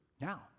Now